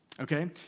okay